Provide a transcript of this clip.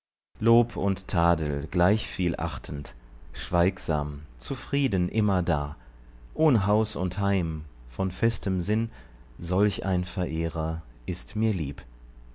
lob und tadel gleich viel achtend schweigsam zufrieden immerdar ohn haus und heim von festem sinn solch ein verehrer ist mir lieb